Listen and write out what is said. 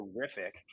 terrific